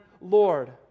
Lord